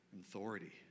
authority